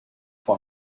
for